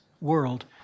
world